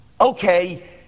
okay